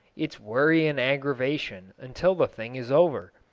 it's worry and aggravation until the thing is over.